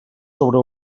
sobre